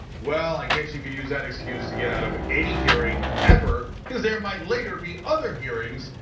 well, i guess you could use that excuse to get out of any hearing ever, because there might later be other hearings.